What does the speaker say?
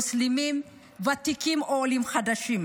מוסלמים ותיקים או עולים חדשים.